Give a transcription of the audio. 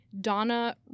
Donna